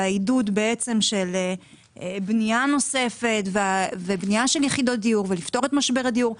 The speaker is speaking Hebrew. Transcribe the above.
העידוד של בנייה נוספת של יחידות דיור ופתירת משבר הדיור,